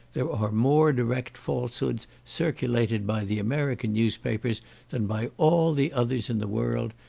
there are more direct falsehoods circulated by the american newspapers than by all the others in the world,